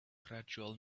gradual